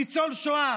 ניצול שואה,